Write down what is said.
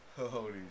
Holy